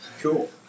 Cool